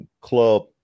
club